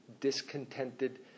discontented